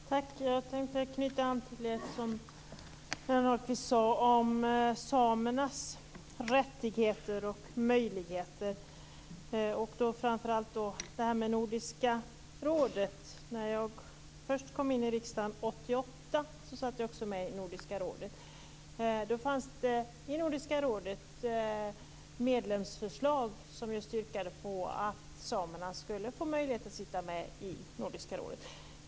Fru talman! Jag tänkte knyta an till det som Birgitta Ahlqvist sade om samernas rättigheter och möjligheter. Det gäller framför allt det här med Nordiska rådet. När jag först kom in i riksdagen 1988 satt jag också med i Nordiska rådet. Då fanns det i Nordiska rådet medlemsförslag som just yrkade på att samerna skulle få möjlighet att sitta med i Nordiska rådet.